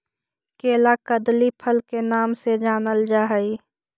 केला कदली फल के नाम से जानल जा हइ